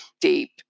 deep